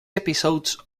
episodes